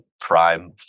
prime